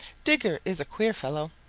digger is a queer fellow.